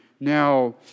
Now